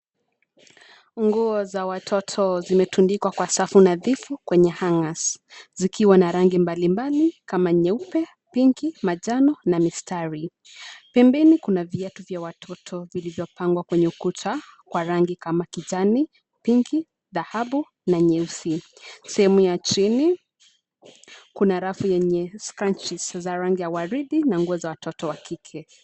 Nguo za watoto zimetundikwa kwa safu nadhifu, kwenye hangers , zikiwa na rangi mbalimbali kama nyeupe, pinki , manjano, na mistari. Pembeni kuna viatu vya watoto vilivyopangwa kwenye ukuta kwa rangi kama kijani, pinki , dhahabu na nyeusi. Sehemu ya chini, kuna rafu yenye scrunchies za rangi ya waridi na nguo za watoto wa kike.